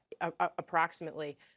approximately